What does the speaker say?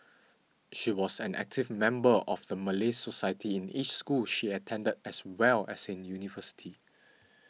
she was an active member of the Malay Society in each school she attended as well as in university